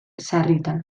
sarritan